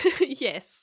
Yes